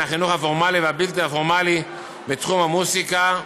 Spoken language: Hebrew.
החינוך הפורמלי והבלתי-פורמלי בתחום המוזיקה.